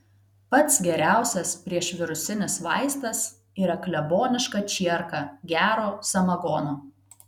pats geriausias priešvirusinis vaistas yra kleboniška čierka gero samagono